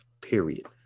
period